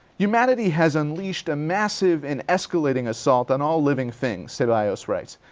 humanity has unleashed a massive and escalating assault on all living things, ceballos writes,